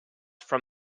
from